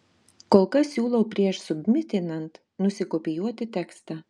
kol kas siūlau prieš submitinant nusikopijuoti tekstą